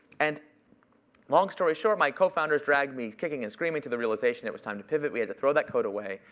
and long story short, my cofounders dragged me, kicking and screaming, to the realization it was time to pivot. we had to throw that code away.